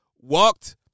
walked